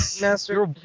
Master